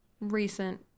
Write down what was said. recent